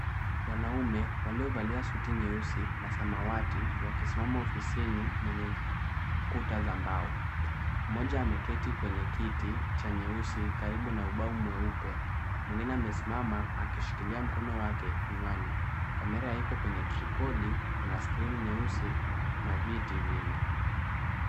Wanaume waliovalia suti nyeusi na samawati, wakisimama ofisini kwenye kuta za mbao. Mmoja ameketi kwenye kiti cha nyeusi karibu na ubao mweupe. Mwingine amesimama akishikilia mkono wake kinywani. Kamera iko kwenye tripodi. Kuna skrini nyeusi na viti vingi.